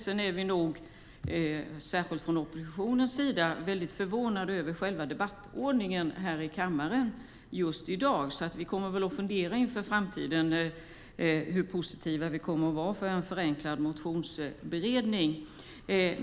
Sedan är särskilt vi från oppositionens sida mycket förvånade över själva debattordningen här i kammaren just i dag. Vi kommer inför framtiden att fundera på hur positiva vi kommer att vara inför en förenklad motionsberedning.